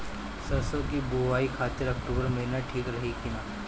सरसों की बुवाई खाती अक्टूबर महीना ठीक रही की ना?